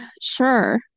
sure